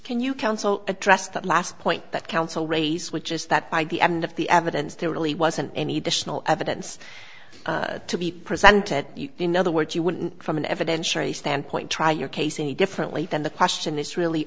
can you counsel address that last point that counsel raise which is that by the end of the evidence there really wasn't any the small evidence to be presented in other words you wouldn't from an evidentiary standpoint try your case any differently then the question is really